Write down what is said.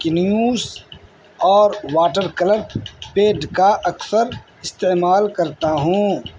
canvas اور water colour pad کا اکثر استعمال کرتا ہوں